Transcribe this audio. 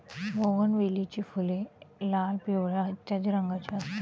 बोगनवेलीची फुले लाल, पिवळ्या इत्यादी रंगांची असतात